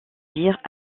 dire